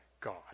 God